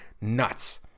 Nuts